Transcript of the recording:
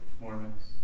Mormons